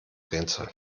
rätsel